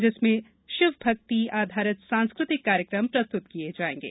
जिसमें शिवभक्ति आधारित सांस्कृतिक कार्यक्रम प्रस्तुत किये जायेंगे